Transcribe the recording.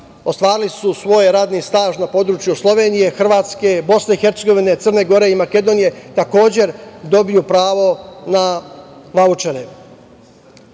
ostvarili su svoj radni staž na području Slovenije, Hrvatske, Bosne i Hercegovine, Crne Gore i Makedonije takođe trebali da dobiju pravo na vaučere. Poseban